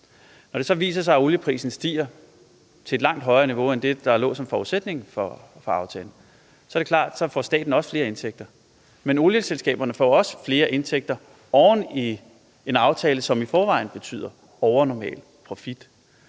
når det så viser sig, at olieprisen stiger til et langt højere niveau end det, der lå som forudsætningen for aftalen, så er det klart, at staten også får flere indtægter. Men olieselskaberne får også flere indtægter oven i en aftale, som i forvejen betyder overnormal profit.